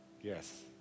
Yes